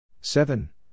Seven